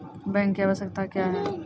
Bank की आवश्यकता क्या हैं?